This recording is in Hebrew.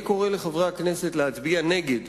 אני קורא לחברי הכנסת להצביע נגד